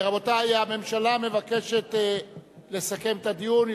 רבותי, הממשלה מבקשת לסכם את הדיון.